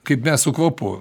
kaip mes su kvapu